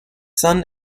son